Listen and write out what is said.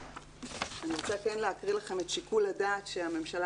אני רוצה כן להקריא לכם את שיקול הדעת שהממשלה